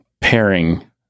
pairing